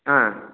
ஆ